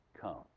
come